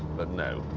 but no,